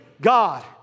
God